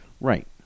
Right